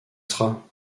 sera